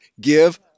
give